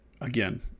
again